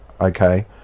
Okay